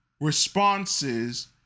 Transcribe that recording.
responses